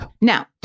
Now